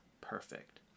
perfect